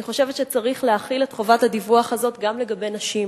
אני חושבת שצריך להחיל את חובת הדיווח הזאת גם לגבי נשים,